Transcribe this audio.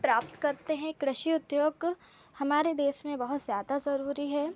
प्राप्त करते हैं कृषि उध्योग हमारे देश में बहुत ज़्यादा ज़रूरी है